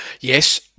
Yes